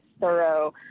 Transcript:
thorough